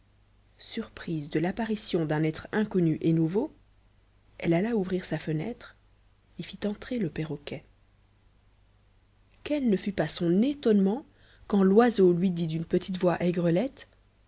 surprise de l'apparition d'un être inconnu et nouveau elle alla ouvrir sa fenêtre et fit entrer le perroquet quel ne fut pas son étonnement quand l'oiseau lui dit d'une petite voix aigrelette